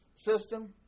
system